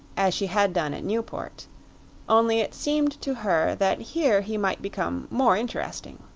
as she had done at newport only it seemed to her that here he might become more interesting.